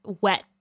wet